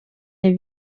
les